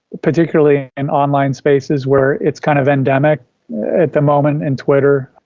particularly in online spaces where it's kind of endemic at the moment in twitter.